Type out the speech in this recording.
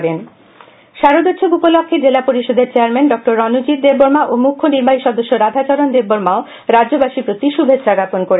ADC শুভেচ্ছা শারদোৎসব উপলক্ষ্যে জেলা পরিষদের চেয়ারম্যান ড রনজিৎ দেববর্মা ও মুখ্য নির্বাহী সদস্য রাধা চরণ দেববর্মাও রাজ্যবাসীর প্রতি শুভেচ্ছা জ্ঞাপন করেন